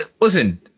Listen